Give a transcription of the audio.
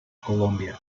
columbia